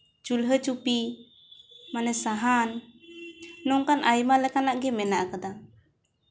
ᱪᱩᱞᱦᱟᱹ ᱪᱩᱯᱤ ᱢᱟᱱᱮ ᱥᱟᱦᱟᱱ ᱱᱚᱝᱠᱟᱱ ᱟᱭᱢᱟ ᱞᱮᱠᱟᱱᱟᱜ ᱜᱮ ᱢᱮᱱᱟᱜ ᱠᱟᱫᱟ